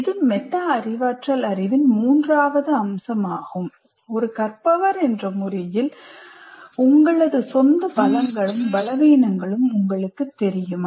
இது மெட்டா அறிவாற்றல் அறிவின் மூன்றாவது அம்சமாகும் ஒரு கற்பவர் என்ற முறையில் உங்களது சொந்த பலங்களும் பலவீனங்களும் உங்களுக்கு தெரியுமா